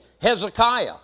Hezekiah